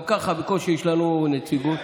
גם ככה בקושי יש לנו נציגות.